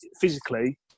physically